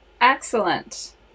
Excellent